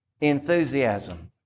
enthusiasm